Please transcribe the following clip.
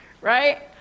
right